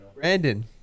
Brandon